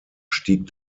stieg